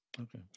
Okay